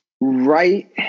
right